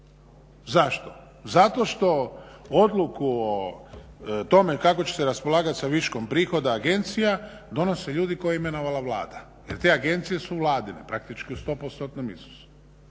Zašto? Zato što odluku o tome kako će se raspolagati sa viškom prihoda agencija donose ljudi koje je imenovala Vlada. Jer te agencije su vladine praktički u sto